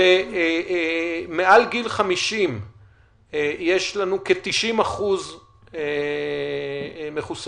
שמעל גיל 50 יש לנו כ-90% מחוסנים,